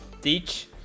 teach